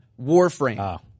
Warframe